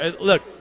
Look